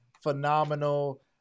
phenomenal